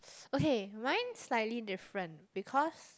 okay mine slightly different because